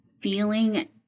feeling